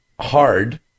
hard